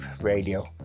radio